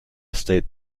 state